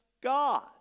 God